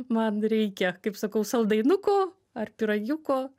man reikia kaip sakau saldainukų ar pyragiuko